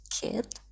kid